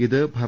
ഇത് ഭര